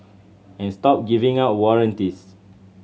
and stop giving out warranties